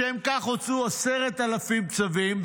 לשם כך הוצאו 10,000 צווים,